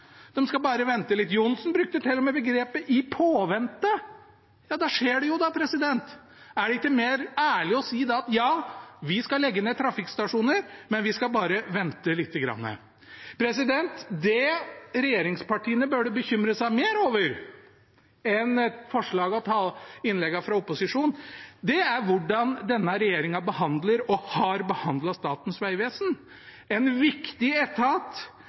skal bare vente litt. Johnsen brukte til og med begrepet «i påvente». Ja, da skjer det jo. Er det ikke da mer ærlig å si at ja, vi skal legge ned trafikkstasjoner, men vi skal bare vente lite grann. Det regjeringspartiene burde bekymre seg mer over enn forslagene og innleggene fra opposisjonen, er hvordan denne regjeringen behandler, og har behandlet, Statens vegvesen – en viktig etat